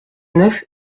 neuf